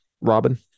Robin